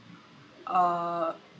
uh